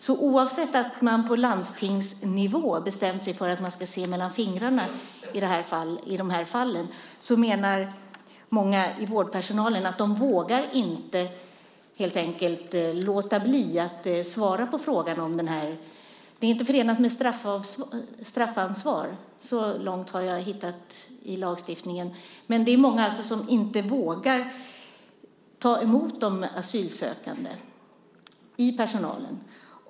Så oavsett om man på landstingsnivå har bestämt sig för att man ska se mellan fingrarna i dessa fall, så menar många i vårdpersonalen att man helt enkelt inte vågar låta bli att svara på frågor. Det är inte förenat med straffansvar. Det har jag kunnat utläsa av lagen. Men många i vårdpersonalen vågar inte ta emot de asylsökande.